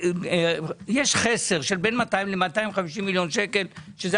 יש חסר של בין 200 ל-250 מיליון שקל שבזה